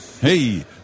Hey